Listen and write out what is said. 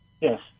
Yes